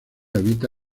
habita